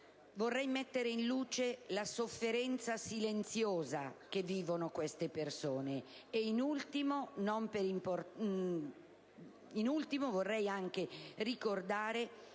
Vorrei mettere in luce la sofferenza silenziosa che vivono queste persone, e in ultimo, ma non per importanza, ricordare